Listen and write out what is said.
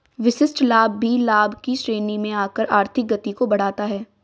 विशिष्ट लाभ भी लाभ की श्रेणी में आकर आर्थिक गति को बढ़ाता है